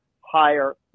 higher